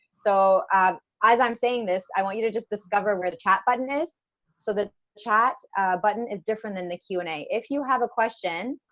so as i'm saying this, i want you to just discover where the chat button is so the chat button is different, than the q and a. if you have a question,